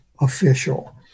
official